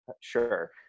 sure